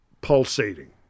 Pulsating